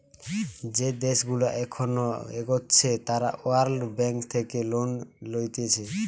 যে দেশগুলা এখন এগোচ্ছে তারা ওয়ার্ল্ড ব্যাঙ্ক থেকে লোন লইতেছে